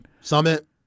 Summit